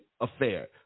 affair